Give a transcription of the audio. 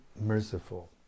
merciful